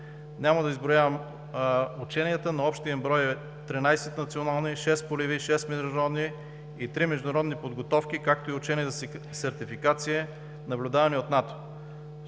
Няма да изброявам ученията, но общият им брой е 13 национални, 6 полеви, 6 международни и 3 международни подготовки, както и учение за сертификация, наблюдавани от НАТО.